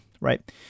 right